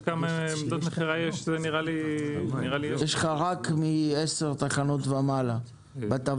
בטבלה שלך יש לך רק מ-10 נקודות מכירה ומעלה.